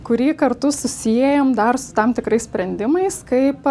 kurį kartu susiejam dar su tam tikrais sprendimais kaip